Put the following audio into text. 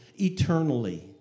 eternally